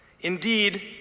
Indeed